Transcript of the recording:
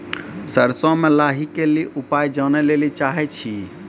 सरसों मे लाही के ली उपाय जाने लैली चाहे छी?